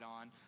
on